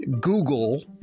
Google